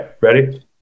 ready